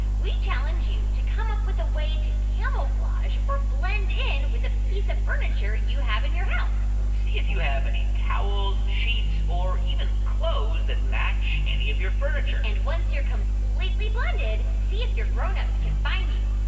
we challenge you to come up with a way to camouflage or blend in with a piece of furniture you have in your house see if you have any towels, sheets or even clothes that match any of your furniture and once you're completely blended, see if your grown-ups can find you.